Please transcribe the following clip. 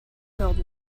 told